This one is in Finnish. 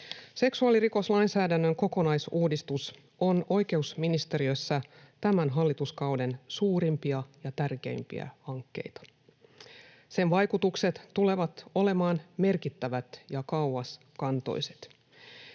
Seksuaalirikoslainsäädännön kokonaisuudistus on oikeusministeriössä tämän hallituskauden suurimpia ja tärkeimpiä hankkeita. Sen vaikutukset tulevat olemaan merkittävät ja kauaskantoiset.